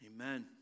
Amen